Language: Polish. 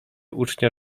ucznia